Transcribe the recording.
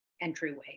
entryway